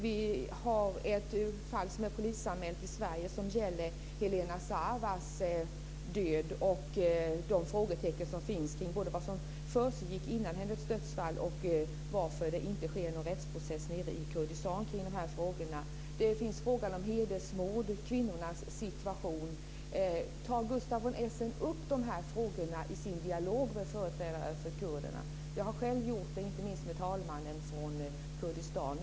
Vi har ett fall som är polisanmält i Sverige och som gäller Helena Savas död och de frågetecken som finns kring vad som försiggick före hennes dödsfall och varför det inte sker någon rättsprocess nere i Kurdistan runt de här frågorna. Vi har också frågan om hedersmord och kvinnornas situation. Tar Gustaf von Essen upp de här frågorna i sin dialog med företrädare för kurderna? Jag har själv gjort det, inte minst med talmannen från Kurdistan.